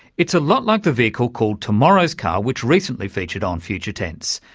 it's a lot like the vehicle called tomorrow's car which recently featured on future tense,